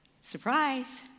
surprise